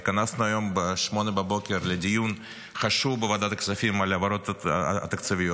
התכנסנו היום ב-08:00 לדיון חשוב בוועדת הכספים על העברות תקציביות,